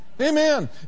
Amen